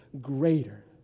greater